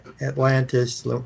Atlantis